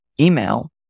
email